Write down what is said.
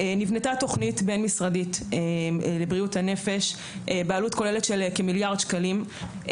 נבנתה תוכנית בין-משרדית לבריאות הנפש בעלות כוללת של כמיליארד שקלים.